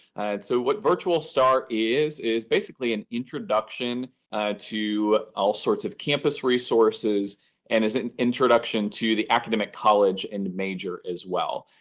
so what virtual star is is basically an introduction to all sorts of campus resources and is an introduction to the academic college and major as well.